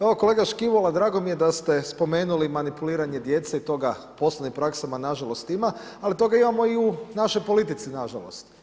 Evo kolega Škibola drago mi je da ste spomenuli manipuliranje djece i toga u ... praksama nažalost ima, ali toga imamo i u našoj politici nažalost.